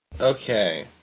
Okay